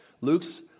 Luke's